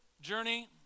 journey